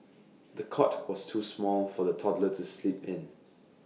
the cot was too small for the toddler to sleep in